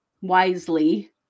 Wisely